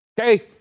Okay